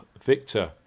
Victor